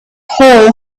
hole